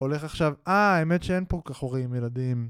הולך עכשיו, אה האמת שאין פה כל כך הורים עם ילדים